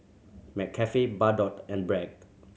McCafe Bardot and Bragg